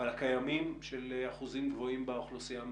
אבל הקיימים של אחוזים גבוהים באוכלוסייה מהחיסון.